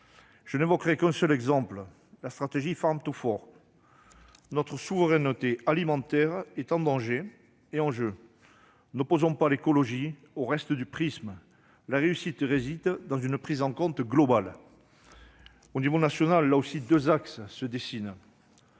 Je n'évoquerai qu'un seul exemple : la stratégie. Notre souveraineté alimentaire est en jeu. N'opposons pas l'écologie au reste du prisme : la réussite réside dans une prise en compte globale. À l'échelon national, deux axes se dessinent.